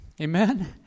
Amen